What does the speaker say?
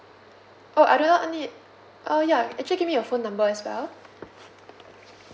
oh I do not need uh ya actually give me your phone number as well